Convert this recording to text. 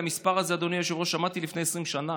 את המספר הזה שמעתי לפני 20 שנה,